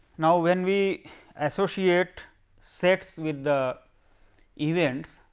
now, when we associate sets with the events,